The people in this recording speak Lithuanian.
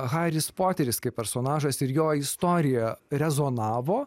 haris poteris kaip personažas ir jo istorija rezonavo